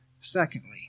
Secondly